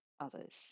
others